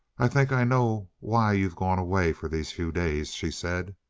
i think i know why you've gone away for these few days, she said.